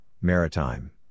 Maritime